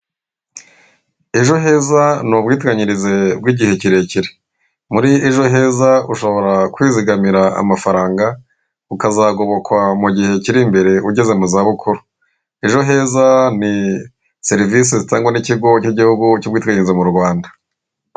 Ejo heza ni ubwiteganyirize bw'igihe kirekire, muri ejo heza ushobora kwizigamira amafaranga ukazagobokwa mu gihe kiri imbere ugeze mu za bukuru, ejo heza ni serivise zitangwa n'ikigo cy'igihugu cy'ubwiteganyirize mu Rwanda.